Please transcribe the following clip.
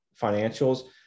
financials